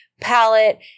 palette